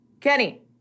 Kenny